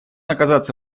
оказаться